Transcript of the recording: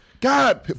God